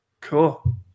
cool